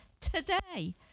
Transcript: today